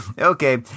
Okay